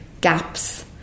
gaps